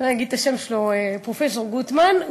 אני אגיד את השם שלו, פרופסור גוטמן.